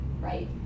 right